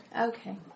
Okay